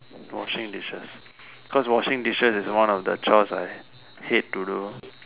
washing dishes cause washing dishes is one of the chores I hate to do